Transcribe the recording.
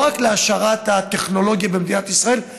לא רק להשארת הטכנולוגיה במדינת ישראל,